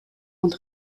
und